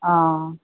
हँ